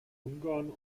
ungarn